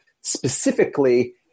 specifically